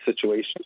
situations